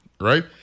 Right